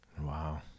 Wow